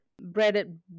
breaded